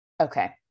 Okay